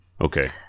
Okay